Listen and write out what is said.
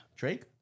Drake